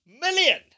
million